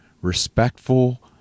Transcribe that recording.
respectful